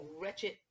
wretched